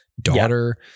daughter